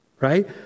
right